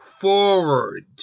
forward